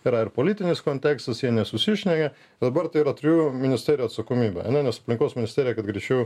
yra ir politinis kontekstas jie nesusišneka dabar tai yra trijų ministerijų atsakomybė nes aplinkos ministerija kad greičiau